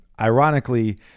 Ironically